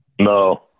No